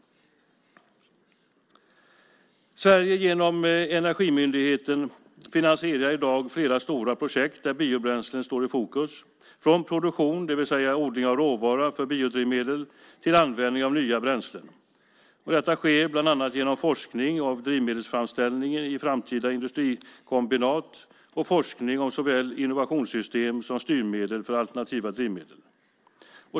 Sverige finansierar i dag genom Energimyndigheten flera stora projekt där biobränslen står i fokus från produktion, det vill säga odling av råvara för biodrivmedel, till användning av nya bränslen. Detta sker bland annat genom forskning om drivmedelsframställning i framtida industrikombinat och forskning om såväl innovationssystem som styrmedel för alternativa drivmedel.